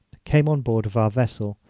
came on board of our vessel,